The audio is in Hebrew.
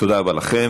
תודה רבה לכם,